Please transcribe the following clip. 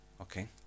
Okay